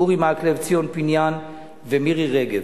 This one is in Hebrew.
אורי מקלב, ציון פיניאן ומירי רגב.